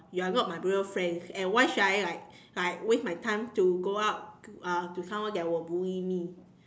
you're not my real friends and why should I like like waste time to go out uh to someone that will bully me